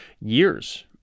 years